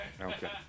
Okay